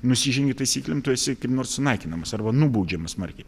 nusižengi taisyklėm tu esi kaip nors sunaikinamas arba nubaudžiamas smarkiai